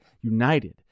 united